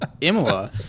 Imola